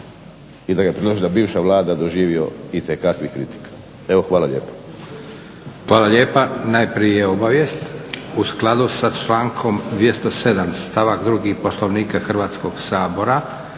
i da ga je predložila bivša Vlada doživio itekakvih kritika. Evo hvala lijepo. **Leko, Josip (SDP)** Hvala lijepa. Najprije obavijest. U skladu sa člankom 207. Stavak 2. Poslovnika Hrvatskog sabora